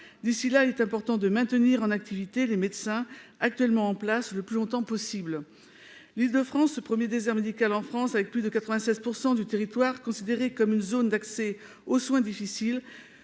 D'ici là, il est important de maintenir en activité les médecins actuellement en place, et ce le plus longtemps possible. En Île-de-France, premier désert médical en France avec plus de 96 % du territoire considéré comme une zone d'accès aux soins difficile,